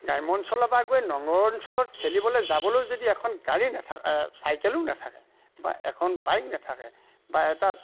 গ্ৰাম্য অঞ্চলৰ পৰা গৈ নগৰ অঞ্চলত খেলিবলে যাবলেও যদি এখন গাড়ী নেথাকে চাইকেলো নেথাকে বা এখন বাইক নেথাকে বা এটা